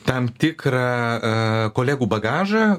tam tikrą kolegų bagažą